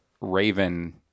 Raven